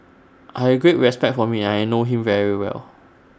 I have great respect for him and I know him very well